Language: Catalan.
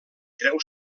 treu